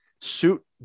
suit